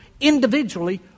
individually